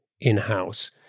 in-house